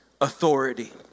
authority